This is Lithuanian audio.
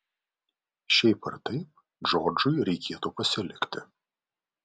šiaip ar taip džordžui reikėtų pasilikti